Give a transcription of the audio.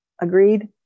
Agreed